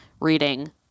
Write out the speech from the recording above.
reading